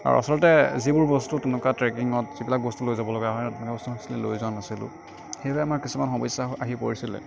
আৰু আচলতে যিবোৰ বস্তু তেনেকুৱা ট্ৰেকিঙত যিবিলাক বস্তু লৈ যাব লগা হয় সেইবিলাক আচলতে লৈ যোৱা নাছিলোঁ সেইবাবে আমাৰ কিছুমান সমস্যা আহি আহি পৰিছিল